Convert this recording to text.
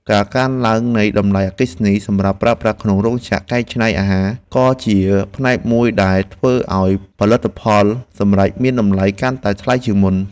ការកើនឡើងនៃតម្លៃអគ្គិសនីសម្រាប់ប្រើប្រាស់ក្នុងរោងចក្រកែច្នៃអាហារក៏ជាផ្នែកមួយដែលធ្វើឱ្យផលិតផលសម្រេចមានតម្លៃកាន់តែថ្លៃជាងមុន។